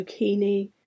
zucchini